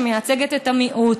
שמייצגת את המיעוט.